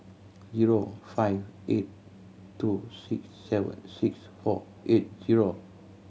zero five eight two six seven six four eight zero